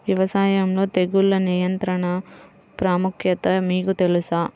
వ్యవసాయంలో తెగుళ్ల నియంత్రణ ప్రాముఖ్యత మీకు తెలుసా?